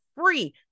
free